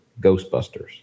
Ghostbusters